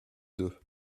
deux